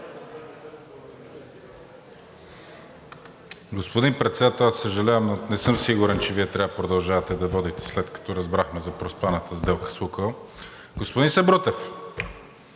Господин Председател, аз съжалявам, но не съм сигурен, че Вие трябва продължавате да водите, след като разбрахме за проспаната сделка с „Лукойл“. Господин Сабрутев,